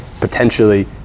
potentially